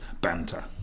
banter